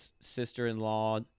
sister-in-law